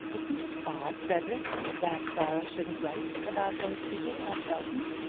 isn't it odd, frederic, that clara shouldn't write about those people at belton?